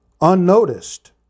unnoticed